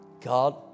God